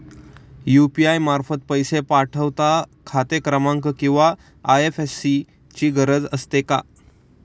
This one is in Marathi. यु.पी.आय मार्फत पैसे पाठवता खाते क्रमांक किंवा आय.एफ.एस.सी ची गरज असते का?